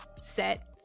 set